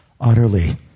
Utterly